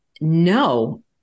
no